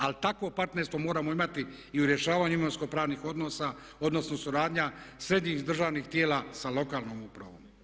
Ali takvo partnerstvo moramo imati i u rješavanju imovinsko pravnih odnosa odnosno suradnja središnjih državnih tijela sa lokalnom upravom.